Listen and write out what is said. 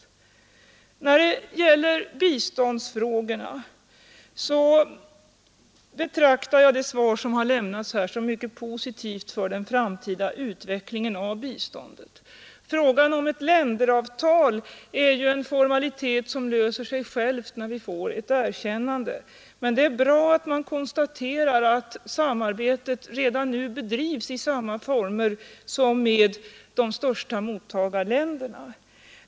När det gäller biståndsfrågorna betraktar jag det svar som lämnats som mycket positivt för den framtida utvecklingen av biståndet. Frågan om ett länderavtal är ju en formalitet som löser sig själv när vi får ett erkännande, men det är bra att man konstaterar att samarbetet redan nu bedrivs i samma former som med de största mottagarländerna.